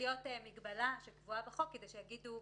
מגבלה שקבועה בחוק כדי שיגידו.